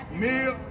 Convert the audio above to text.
meal